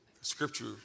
scripture